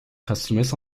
customers